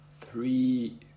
three